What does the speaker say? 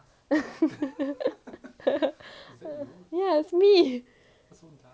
yeah it's me